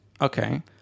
Okay